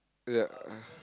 yeah uh